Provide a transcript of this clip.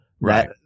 Right